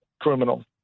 criminal